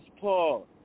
Paul